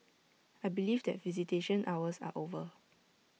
I believe that visitation hours are over